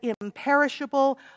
imperishable